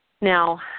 Now